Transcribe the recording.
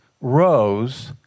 rose